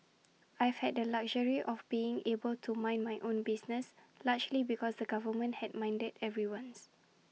I've had the luxury of being able to mind my own business largely because the government had minded everyone's